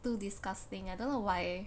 too disgusting I don't know why